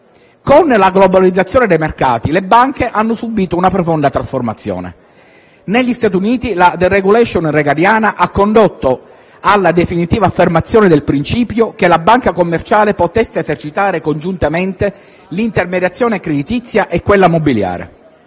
Con la globalizzazione dei mercati le banche hanno subìto una profonda trasformazione. Negli Stati Uniti la *deregulation* reaganiana ha condotto alla definitiva affermazione del principio che la banca commerciale potesse esercitare congiuntamente l'intermediazione creditizia e quella mobiliare.